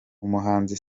umuhanzi